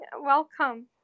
Welcome